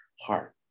heart